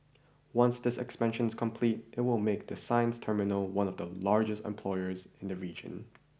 once this expansion is complete it will make the sines terminal one of the largest employers in the region